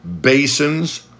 basins